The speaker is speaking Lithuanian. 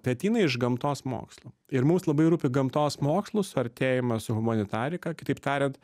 tai ateina iš gamtos mokslų ir mums labai rūpi gamtos mokslų suartėjimas su humanitarika kitaip tariant